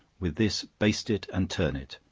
with this baste it and turn it,